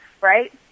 right